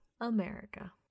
America